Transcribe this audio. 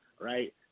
right